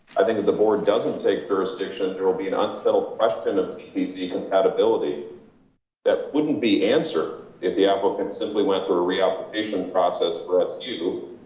i think that the board doesn't take jurisdiction, there'll be an unsettled question of casey compatibility that wouldn't be answered. if the applicant simply went through a reapplication process for us, you,